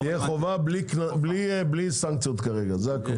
תהיה חובה בלי סנקציות כרגע, זה הכול.